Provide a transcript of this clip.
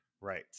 Right